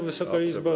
Wysoka Izbo!